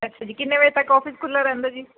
ਅੱਛਾ ਜੀ ਕਿੰਨੇ ਵਜੇ ਤੱਕ ਔਫਿਸ ਖੁੱਲ੍ਹਾ ਰਹਿੰਦਾ ਜੀ